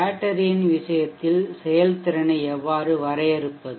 பேட்டரியின் விஷயத்தில் செயல்திறனை எவ்வாறு வரையறுப்பது